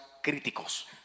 críticos